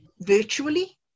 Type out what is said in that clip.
virtually